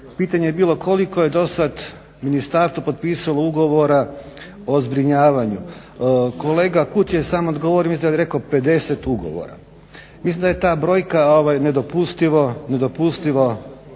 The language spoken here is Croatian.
Pitanje je bilo koliko je dosad ministarstvo potpisalo ugovora o zbrinjavanju. Kolega Kutija je sam odgovorio, mislim da je rekao 50 ugovora. Mislim da je ta brojka nedopustivo